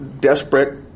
desperate